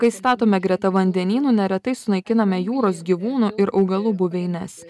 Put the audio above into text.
kai statome greta vandenyno neretai sunaikiname jūros gyvūnų ir augalų buveines